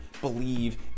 believe